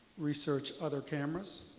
research other cameras.